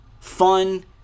fun